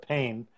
Pain